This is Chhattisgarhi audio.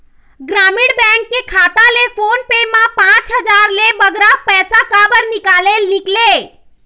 ग्रामीण बैंक के खाता ले फोन पे मा पांच हजार ले बगरा पैसा काबर निकाले निकले?